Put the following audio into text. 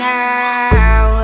now